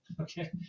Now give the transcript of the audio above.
Okay